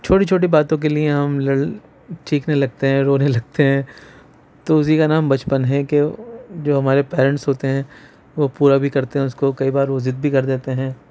چھوٹی چھوٹی باتوں کے لیے ہم لڑ چیخنے لگتے ہیں رونے لگتے ہیں تو اسی کا نام بچپن ہے کہ جو ہمارے پیرینٹس ہوتے ہیں وہ پورا بھی کرتے ہیں اس کو کئی بار ضد بھی کر دیتے ہیں